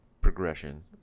progression